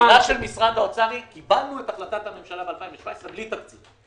האמירה של משרד האוצר היא: קיבלנו את החלטת הממשלה ב-2017 בלי תקציב.